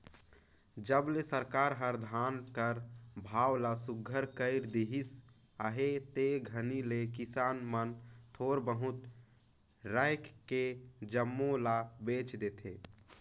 जब ले सरकार हर धान कर भाव ल सुग्घर कइर देहिस अहे ते घनी ले किसान मन थोर बहुत राएख के जम्मो ल बेच देथे